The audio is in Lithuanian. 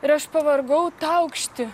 ir aš pavargau taukšti